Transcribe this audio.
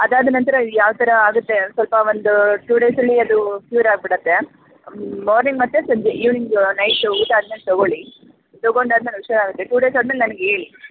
ಅದಾದ ನಂತರ ಯಾವ ಥರ ಆಗುತ್ತೆ ಸ್ವಲ್ಪ ಒಂದು ಟು ಡೇಸಲ್ಲಿ ಅದು ಕ್ಯೂರ್ ಆಗಿಬಿಡತ್ತೆ ಮಾರ್ನಿಂಗ್ ಮತ್ತು ಸಂಜೆ ಇವ್ನಿಂಗು ನೈಟ್ ಊಟ ಆದ್ಮೇಲೆ ತಗೊಳ್ಳಿ ತಗೊಂಡು ಆದಮೇಲೆ ಹುಷಾರು ಟು ಡೇಸ್ ಆದಮೇಲೆ ನನಗೆ ಹೇಳಿ